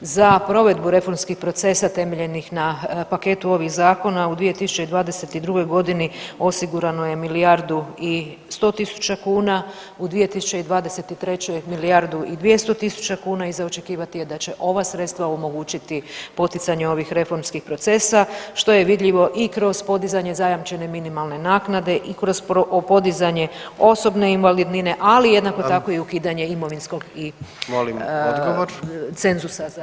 Za provedbu reformskih procesa temeljenih na paketu ovih zakona u 2022. godini osigurano je milijardu i 100.000 kuna, u 2023. milijardu i 200.000 kuna i za očekivati je da će ova sredstva omogućiti poticanje ovih reformskih procesa što je vidljivo i kroz podizanje zajamčene minimalne naknade i kroz podizanje osobne invalidnine ali jednako tako [[Upadica: Hvala.]] i ukidanje imovinskog i cenzusa